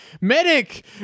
Medic